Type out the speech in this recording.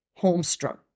Holmstrom